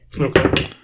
Okay